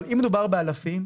אבל אם מדובר באלפים,